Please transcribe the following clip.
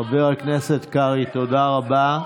חבר הכנסת קרעי, תודה רבה.